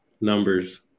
numbers